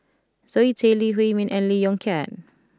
Zoe Tay Lee Huei Min and Lee Yong Kiat